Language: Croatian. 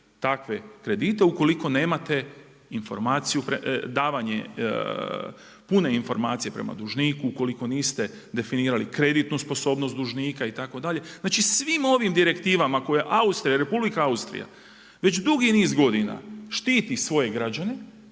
takve kredite ukoliko nemate informaciju, davanje pune informacije prema dužniku ukoliko niste definirali kreditnu sposobnost dužnika itd.. Znači svim ovim direktivama koje Republika Austrija već dugi niz godina štiti svoje građane,